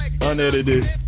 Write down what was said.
unedited